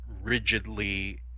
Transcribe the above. rigidly